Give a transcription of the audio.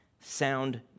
sound